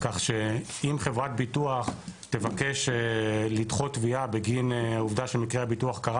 כך שאם חברת ביטוח תבקש לדחות תביעה בגין העובדה שמקרה הביטוח קרה